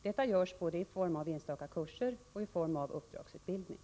Detta görs både i form av enstaka kurser och i form av uppdragsutbildning.